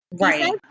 Right